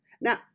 Now